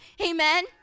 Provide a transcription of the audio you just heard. Amen